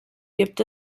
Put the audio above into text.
gibt